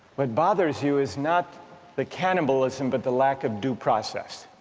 what bothers you is not the cannibalism, but the lack of due process.